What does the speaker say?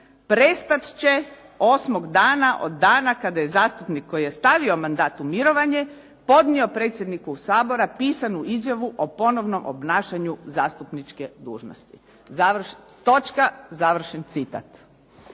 prestat će osmog dana od dana kada je zastupnik koji je stavio mandat u mirovanje podnio predsjedniku Sabor pisanu izjavu o ponovnom obnašanju zastupničke dužnosti. Točka, završen citat.